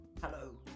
Hello